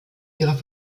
ihrer